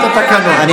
אתה כבר יודע,